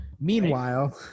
meanwhile